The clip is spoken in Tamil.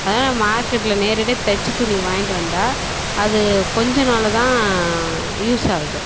அதனால் மார்க்கெட்டில் நேரடியாக தைச்ச துணி வாய்ன்ட்டு வந்தால் அது கொஞ்சம் நாள் தான் யூஸ் ஆகுது